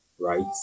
right